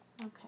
Okay